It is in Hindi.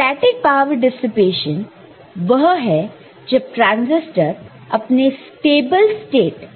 स्टेटिक पावर डिसिपेशन वह है जब ट्रांसिस्टर अपने स्टेबल स्टेट